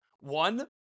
One